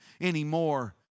anymore